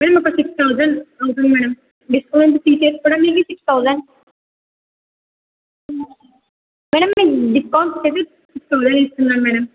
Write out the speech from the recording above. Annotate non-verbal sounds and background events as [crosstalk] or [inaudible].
madam ఒక six thousand అవుతుంది madam discount తీసేసి కూడా మీకు సిక్స్ థౌజండ్ మేడం [unintelligible] ఇస్తున్నాను మేడం